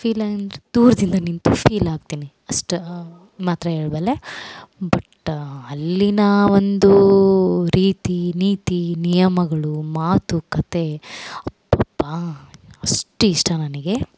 feel ಅಂದ್ರೆ ದೂರದಿಂದ ನಿಂತು ಫೀಲ್ ಆಗ್ತೀನಿ ಅಷ್ಟ್ ಮಾತ್ರ ಹೇಳಬಲ್ಲೆ ಬಟ್ ಅಲ್ಲಿನ ಒಂದು ರೀತಿ ನೀತಿ ನಿಯಮಗಳು ಮಾತು ಕತೆ ಅಬ್ಬಬ್ಬ ಅಷ್ಟ್ ಇಷ್ಟ ನನಗೆ